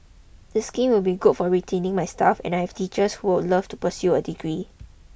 the scheme would be good for retaining my staff and I have teachers who would love to pursue a degree